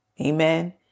Amen